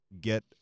Get